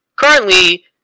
Currently